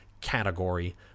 category